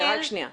סליחה,